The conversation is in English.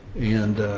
and